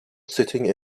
sitting